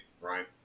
right